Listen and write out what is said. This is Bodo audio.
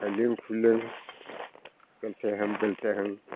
खायलें खुइलें बेलथाइहां बेलथाइहां